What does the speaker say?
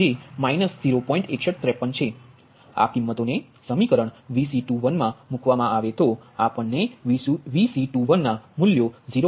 આ કિમ્મતો ને સમીકરણ Vc21 મા મૂકવામા આવે તો આપણને Vc21 ના મૂલ્યો 0